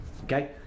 Okay